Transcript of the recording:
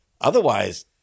otherwise